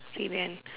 fib in